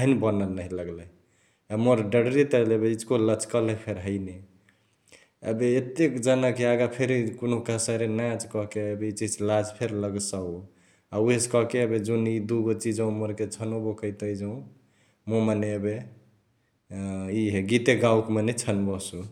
हैने बनल नहिया लगलही । एबे मोर डणरिया त एबे इचिको लचकलही फेरी हैने, एबे एतेक जाना क यागा फेरी कुन्हु कहसई अरे नाँच कहके एबे इचिहिच लाज फेरी लगसौ । उसे से कहके एबे जुन इअ दुगो चिजवामा छनोबे करतई जौं मुइ मने एबे अ इहे गीते गाओके मने छनबसु ।